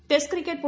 test cricket